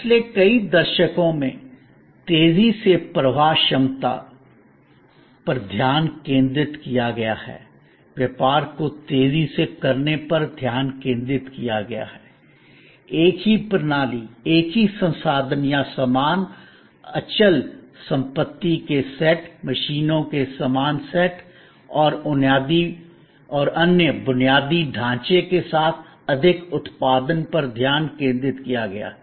पिछले कई दशकों में तेजी से प्रवाह क्षमता थ्रूपुट पर ध्यान केंद्रित किया गया है व्यापार को तेजी से करने पर ध्यान केंद्रित किया गया है एक ही प्रणाली एक ही संसाधन या समान अचल संपत्ति के सेट मशीनों के समान सेट और अन्य बुनियादी ढाँचे के साथ अधिक उत्पादन पर ध्यान केंद्रित किया गया है